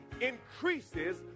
increases